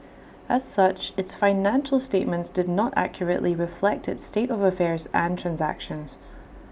as such its financial statements did not accurately reflect its state of affairs and transactions